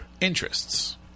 interests